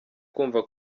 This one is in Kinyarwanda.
kumva